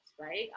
right